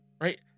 Right